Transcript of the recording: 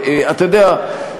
אתה יודע,